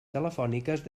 telefòniques